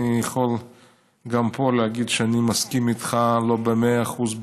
אני יכול גם פה להגיד שאני מסכים איתך לא במאה אחוז,